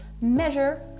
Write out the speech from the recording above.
measure